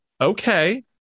Okay